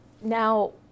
now